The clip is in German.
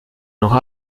noch